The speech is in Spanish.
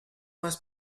más